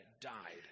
died